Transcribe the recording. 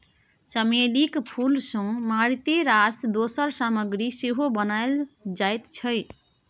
चमेलीक फूल सँ मारिते रास दोसर सामग्री सेहो बनाओल जाइत छै